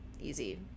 easy